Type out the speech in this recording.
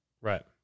Right